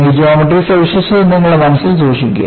ഈ ജോമട്രി സവിശേഷത നിങ്ങളുടെ മനസ്സിൽ സൂക്ഷിക്കുക